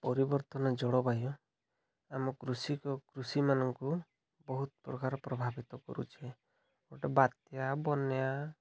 ପରିବର୍ତ୍ତନ ଜଳବାୟୁ ଆମ କୃଷି କୃଷିମାନଙ୍କୁ ବହୁତ ପ୍ରକାର ପ୍ରଭାବିତ କରୁଛେ ଗୋଟେ ବାତ୍ୟା ବନ୍ୟା